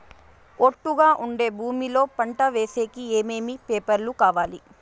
ఒట్టుగా ఉండే భూమి లో పంట వేసేకి ఏమేమి పేపర్లు కావాలి?